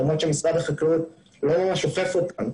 למרות שמשרד החקלאות לא ממש אוכף אותן.